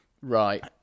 Right